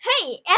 Hey